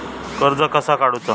कर्ज कसा काडूचा?